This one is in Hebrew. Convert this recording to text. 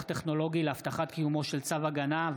טכנולוגי להבטחת קיומו של צו הגנה,